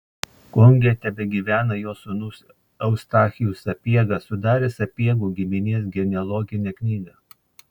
konge tebegyvena jo sūnus eustachijus sapiega sudaręs sapiegų giminės genealoginę knygą